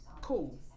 Cool